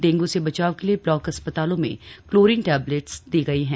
डेंग् से बचाव के लिए ब्लॉक अस्पतालों में क्लोरीन टेबलेट दी गई है